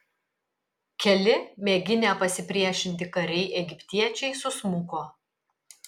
keli mėginę pasipriešinti kariai egiptiečiai susmuko